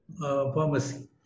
pharmacy